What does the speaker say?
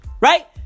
Right